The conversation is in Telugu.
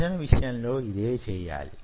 విభజన విషయంలో ఇదే చేయాలి